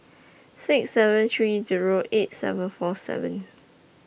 six seven three Zero eight seven four seven